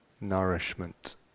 nourishment